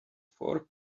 four